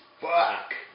fuck